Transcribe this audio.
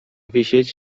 wisieć